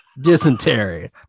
Dysentery